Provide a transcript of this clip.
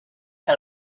que